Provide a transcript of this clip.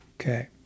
Okay